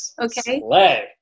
okay